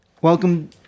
Welcome